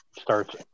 starts